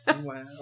Wow